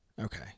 Okay